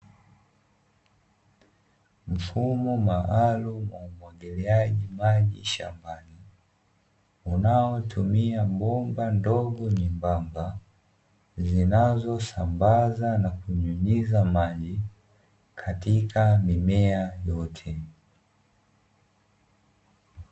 Mfumo maalumu ya umwagiliaji maji shambani unaotumia bomba ndogo nyembamba zinazosambaza na kunyunyiza maji katika mimea yote.